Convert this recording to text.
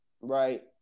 Right